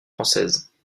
françaises